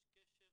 יש קשר